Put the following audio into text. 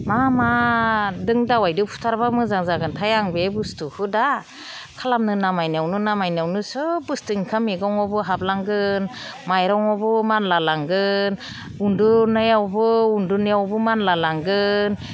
मा माजों दावाइजजों फुथारबा मोजां जागोनथाय आं बे बुस्थुखौ दा खालामनो नायनायावनो नायनायावनो सोब बुस्थु ओंखाम मैगङावबो हाबलांगोन माइरङावबो मानला लांगोन उन्दुनायावबो मानला लांगोन